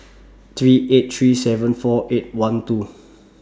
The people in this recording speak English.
three eight three seven four eight one two